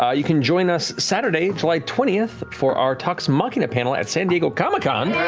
ah you can join us saturday, july twentieth for our talks machina panel at san diego comic-con.